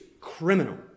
criminal